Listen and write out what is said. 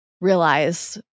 realize